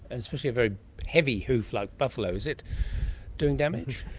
and especially a very heavy hoof like buffalo. is it doing damage?